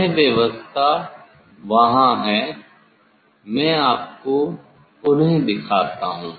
यह व्यवस्था वहां है मैं आपको उन्हें पुनः दिखाता हूं